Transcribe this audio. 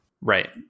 right